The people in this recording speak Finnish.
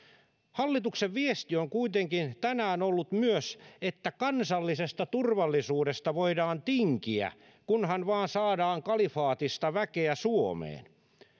hallituksen viesti on kuitenkin tänään ollut myös että kansallisesta turvallisuudesta voidaan tinkiä kunhan vain saadaan kalifaatista väkeä suomeen